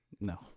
No